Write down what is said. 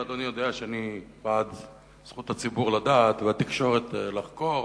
ואדוני יודע שאני בעד זכות הציבור לדעת והתקשורת לחקור.